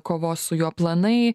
kovos su juo planai